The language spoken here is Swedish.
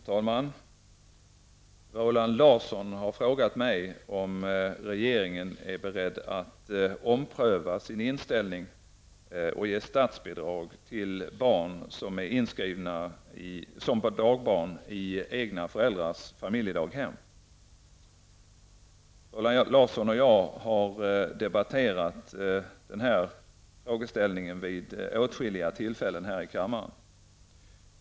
Herr talman! Roland Larsson har frågat mig om regeringen är beredd att ompröva sin inställning och ge statsbidrag till barn som är inskrivna dagbarn i egna föräldrars familjedaghem. Roland Larsson och jag har debatterat denna frågeställning vid åtskilliga tillfällen här i kammaren.